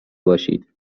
باشید